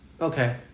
okay